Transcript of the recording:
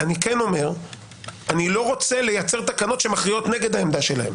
אני כן אומר שאני לא רוצה לייצר תקנות שמכריעות נגד העמדה שלהם